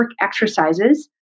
exercises